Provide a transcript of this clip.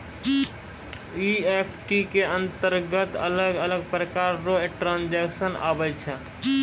EFT के अंतरगत अलग अलग प्रकार रो ट्रांजेक्शन आवै छै